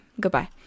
goodbye